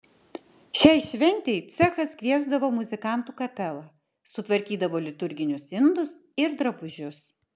šiai šventei cechas kviesdavo muzikantų kapelą sutvarkydavo liturginius indus ir drabužius